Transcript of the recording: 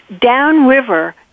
downriver